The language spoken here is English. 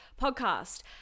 podcast